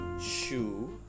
shoe